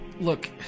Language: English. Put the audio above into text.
look